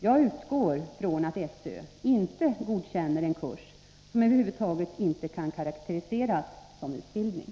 Jag utgår från att SÖ inte godkänner en kurs som över huvud taget inte kan karakteriseras som utbildning.